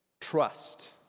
Trust